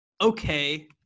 okay